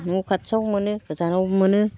न' खाथियावबो मोनो गोजानावबो मोनो